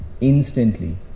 instantly